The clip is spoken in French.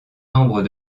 nombre